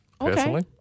Personally